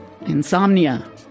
Insomnia